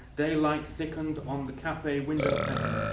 daylight thickened on the cafe windowpane.